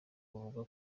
avuga